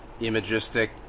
imagistic